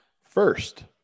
First